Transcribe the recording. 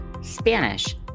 Spanish